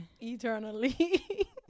Eternally